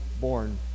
born